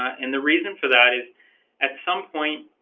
and the reason for that is at some point